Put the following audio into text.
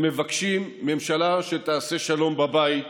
הם מבקשים ממשלה שתעשה שלום בבית.